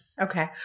Okay